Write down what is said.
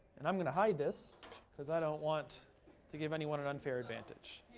and i'm going to hide this because i don't want to give anyone an unfair advantage.